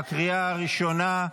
בקריאה הראשונה.